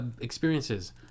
experiences